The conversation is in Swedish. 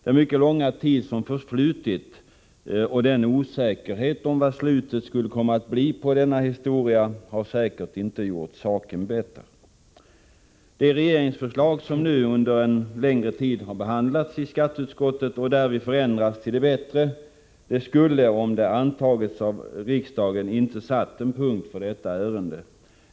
Den mycket långa tid som förflutit och den osäkerhet om vad slutet skulle komma att bli när det gäller denna historia har säkert inte gjort saken bättre. Det regeringsförslag som nu under en längre tid behandlats i skatteutskottet och därvid förändrats till det bättre skulle, om det antagits av riksdagen, inte satt punkt för detta ärende.